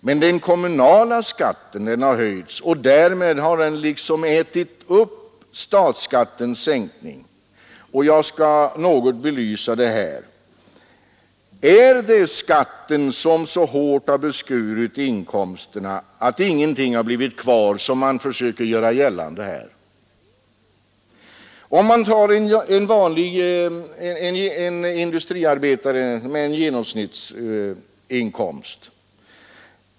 Men den kommunala skatten har höjts, och därmed har den liksom ätit upp statsskattens sänkning. Jag skall något belysa det. Är det skatten som så hårt har beskurit inkomsterna att ingenting har blivit kvar, som man försöker göra gällande här? Låt oss se på en vanlig industriarbetare med genomsnittsinkomst.